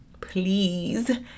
please